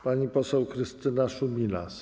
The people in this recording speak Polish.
Pani poseł Krystyna Szumilas.